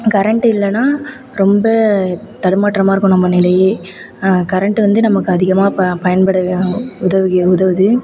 current இல்லைனா ரொம்ப தடுமாற்றமாக இருக்கும் நம்ம நிலையே கரெண்ட்டு வந்து நமக்கு அதிகமாக ப பயன்பட உதவுகி உதவுது